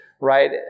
right